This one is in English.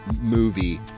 movie